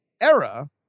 era